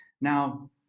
Now